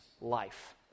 life